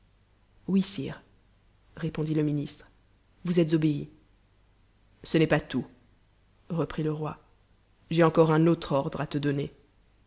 sire répondit le ministre vous êtes obéi ce n'est pas tout reprit le roi j'ai encore un autre ordre à te donner